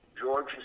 George